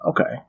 Okay